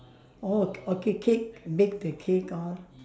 oh okay cake bake the cake orh